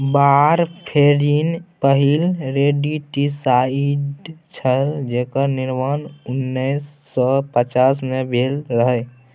warfarin पहिल rodenticide छल जेकर निर्माण उन्नैस सय पचास मे भेल रहय